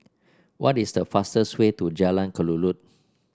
what is the fastest way to Jalan Kelulut